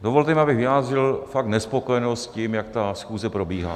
Dovolte, abych vyjádřil fakt nespokojenost s tím, jak ta schůze probíhá.